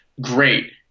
Great